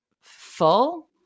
full